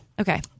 Okay